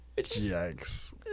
Yikes